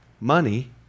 money